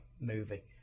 movie